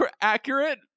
accurate